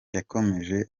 yakomeje